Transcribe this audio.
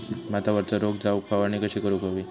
भातावरचो रोग जाऊक फवारणी कशी करूक हवी?